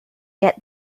get